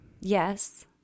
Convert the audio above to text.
Yes